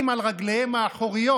שההרכב של הנשיאות שהיה כזה,